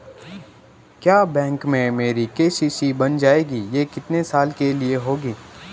क्या बैंक में मेरी के.सी.सी बन जाएगी ये कितने साल के लिए होगी?